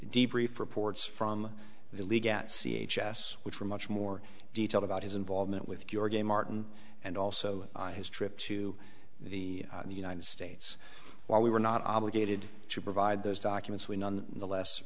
deep brief reports from the league at c h s which were much more detailed about his involvement with your game martin and also on his trip to the the united states while we were not obligated to provide those documents we none